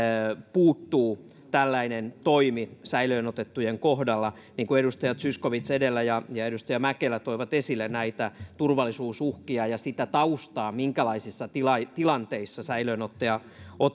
puuttuu tällainen toimi säilöön otettujen kohdalla niin kuin edustajat zyskowicz ja ja mäkelä edellä toivat esille turvallisuusuhkia ja sitä taustaa minkälaisissa tilanteissa tilanteissa säilöönottoa